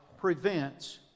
prevents